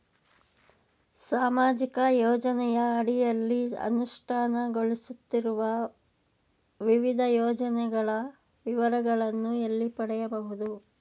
ಸಾಮಾಜಿಕ ಯೋಜನೆಯ ಅಡಿಯಲ್ಲಿ ಅನುಷ್ಠಾನಗೊಳಿಸುತ್ತಿರುವ ವಿವಿಧ ಯೋಜನೆಗಳ ವಿವರಗಳನ್ನು ಎಲ್ಲಿ ಪಡೆಯಬಹುದು?